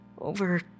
over